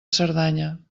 cerdanya